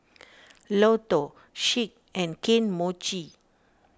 Lotto Schick and Kane Mochi